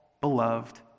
beloved